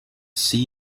see